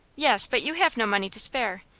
yes, but you have no money to spare.